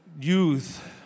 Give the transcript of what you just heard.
youth